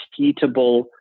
repeatable